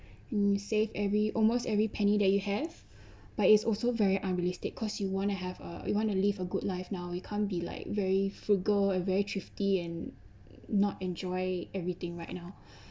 mm save every almost every penny that you have but it's also very unrealistic because you wanna have ah you want to live a good life now we can't be like very frugal and very thrifty and not enjoy everything right now